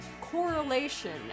correlation